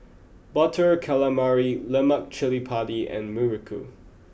butter calamari lemak cili padi and muruku